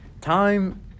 Time